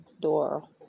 door